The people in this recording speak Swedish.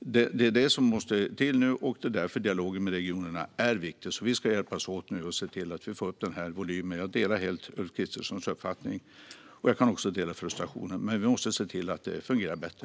Det är detta som måste till nu, och det är därför dialogen med regionerna är viktig. Vi ska hjälpas åt och se till att vi får upp volymen. Jag delar Ulf Kristerssons uppfattning, och jag kan också instämma i frustrationen. Vi måste se till att det fungerar bättre.